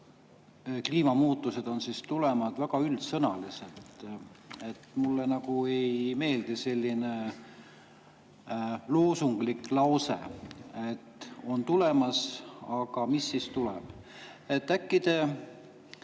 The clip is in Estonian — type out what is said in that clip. kliimamuutused on tulemas, väga üldsõnaliselt. Mulle nagu ei meeldi selline loosunglik lause, et on tulemas. Aga mis siis tuleb?